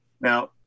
Now